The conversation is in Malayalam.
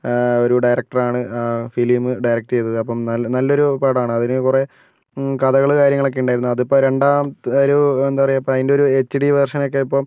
ഒരു ഡയറക്ടർ ആണ് ഫിലിം ഡയറക്റ്റ ചെയ്തത് അപ്പം നല്ല ഒരു പടമാണ് അതിന് കുറെ കഥകളും കാര്യങ്ങളും ഒക്കെ ഉണ്ടായിരുന്നു അത് ഇപ്പം രണ്ടാം ഒരു എന്താ പറയുക അതിൻ്റെ ഒരു എച് ഡി വേർഷൻ ഒക്കെ ഇപ്പോൾ